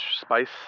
spice